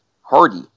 hardy